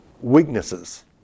weaknesses